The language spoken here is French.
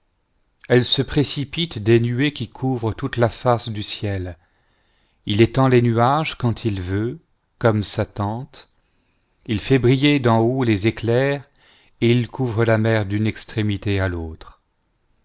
elles se précipitent des nuées qui couvrent toute la face du ciel il étend les nuages quand il veut comme sa tente il fait briller d'en haut les éclaire et il couvre la mer d'une extrémité à l'autre